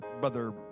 Brother